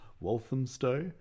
Walthamstow